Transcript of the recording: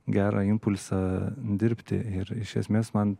gerą impulsą dirbti ir iš esmės man